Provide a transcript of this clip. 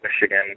Michigan